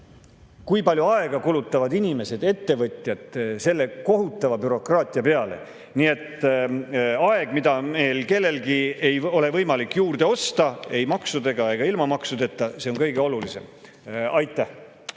Kui palju aega kulutavad inimesed, ettevõtjad selle kohutava bürokraatia peale. Nii et aeg, mida meil kellelgi ei ole võimalik juurde osta ei maksudega ega ilma maksudeta, on kõige olulisem. Aitäh!